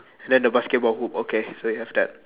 then the basketball hoop okay so you have that